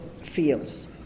fields